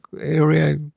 area